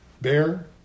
bear